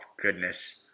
goodness